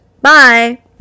bye